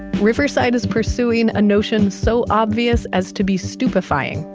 riverside is pursuing a notion so obvious as to be stupefying.